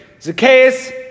Zacchaeus